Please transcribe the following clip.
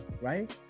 right